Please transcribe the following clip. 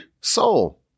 soul